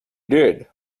did